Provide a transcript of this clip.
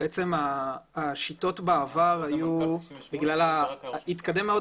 ההנדסה מאז מאוד התקדמה,